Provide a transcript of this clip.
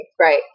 Right